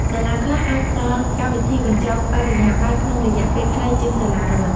សាលាខ្លះអាចផ្ដល់កម្មវិធីបញ្ចប់បរិញ្ញាបត្រក្នុងរយៈពេលខ្លីជាងសាលារដ្ឋ។